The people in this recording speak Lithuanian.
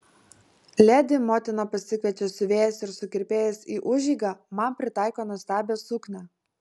ledi motina pasikviečia siuvėjas ir sukirpėjas į užeigą man pritaiko nuostabią suknią